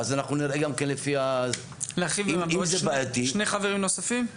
להרחיב בעוד שני חברים נוספים?